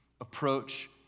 Approach